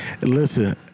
listen